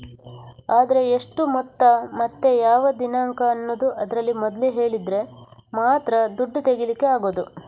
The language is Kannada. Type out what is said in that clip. ಆದ್ರೆ ಎಷ್ಟು ಮೊತ್ತ ಮತ್ತೆ ಯಾವ ದಿನಾಂಕ ಅನ್ನುದು ಅದ್ರಲ್ಲಿ ಮೊದ್ಲೇ ಹೇಳಿದ್ರೆ ಮಾತ್ರ ದುಡ್ಡು ತೆಗೀಲಿಕ್ಕೆ ಆಗುದು